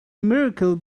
miracle